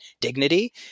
dignity